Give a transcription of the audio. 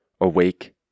awake